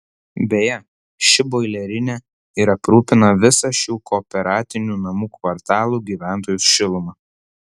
beje ši boilerinė ir aprūpina visą šių kooperatinių namų kvartalų gyventojus šiluma